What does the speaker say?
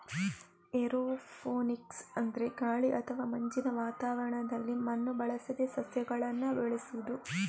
aeroponics ಅಂದ್ರೆ ಗಾಳಿ ಅಥವಾ ಮಂಜಿನ ವಾತಾವರಣದಲ್ಲಿ ಮಣ್ಣು ಬಳಸದೆ ಸಸ್ಯಗಳನ್ನ ಬೆಳೆಸುದು